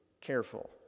careful